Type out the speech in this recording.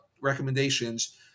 recommendations